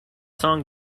song